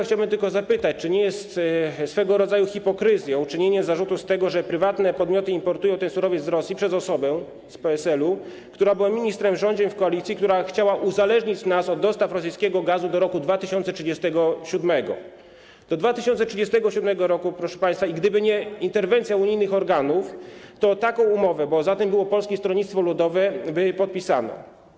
Chciałbym tylko zapytać, czy nie jest swego rodzaju hipokryzją czynienie zarzutu z tego, że prywatne podmioty importują ten surowiec z Rosji, przez osobę z PSL-u, która była ministrem w rządzie koalicji, która chciała uzależnić nas od dostaw rosyjskiego gazu do roku 2037 - do 2037 r., proszę państwa - i gdyby nie interwencja unijnych organów, to taką umowę, bo za tym było Polskie Stronnictwo Ludowe, by podpisano.